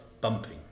bumping